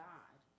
God